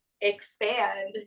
expand